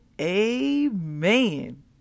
Amen